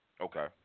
Okay